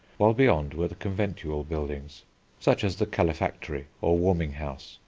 while beyond were the conventual buildings such as the calefactory or warming-house,